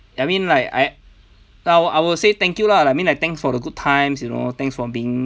I mean like I I will say thank you lah I mean like thanks for the good times you know thanks for being